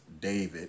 David